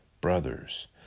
brothers